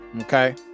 Okay